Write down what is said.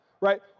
right